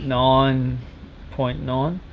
nine point nine.